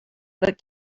but